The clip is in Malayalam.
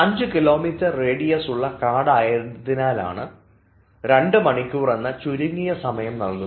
അഞ്ചു കിലോമീറ്റർ റേഡിയസ് ഉള്ള കാടായതിനാലാണ് രണ്ടുമണിക്കൂർ എന്ന ചുരുങ്ങിയ സമയം നൽകുന്നത്